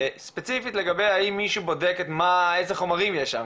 ספציפית לגבי האם מישהו בודק איזה חומרים יש שם,